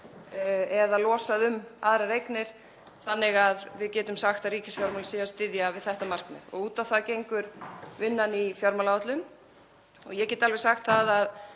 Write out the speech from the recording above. eða losað um eignir þannig að við getum sagt að ríkisfjármálin séu að styðja við þetta markmið? Út á það gengur vinnan við fjármálaáætlun. Ég get alveg sagt að